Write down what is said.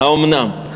האומנם?